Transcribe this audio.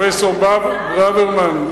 פרופסור ברוורמן,